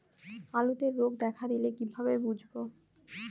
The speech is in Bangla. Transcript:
আলুতে রোগ দেখা দিলে কিভাবে বুঝবো?